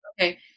Okay